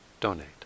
donate